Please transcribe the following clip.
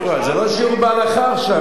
זה לא שיעור בהלכה עכשיו.